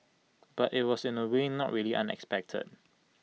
but IT was in A way not really unexpected